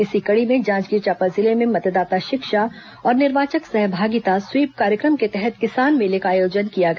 इसी कड़ी में जांजगीर चांपा जिले में मतदाता शिक्षा और निर्वाचक सहभागिता स्वीप कार्यक्रम के तहत किसान मेले का आयोजन किया गया